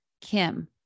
Kim